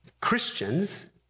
Christians